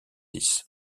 six